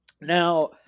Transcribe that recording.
Now